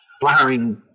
flowering